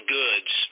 goods